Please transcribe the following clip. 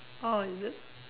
oh is it